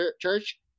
Church